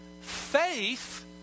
faith